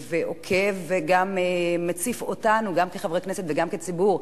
ועוקב, וגם מציף אותנו, גם כחברי כנסת וגם כציבור,